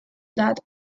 that